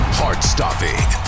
Heart-stopping